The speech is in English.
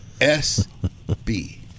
S-B